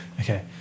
Okay